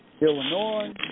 Illinois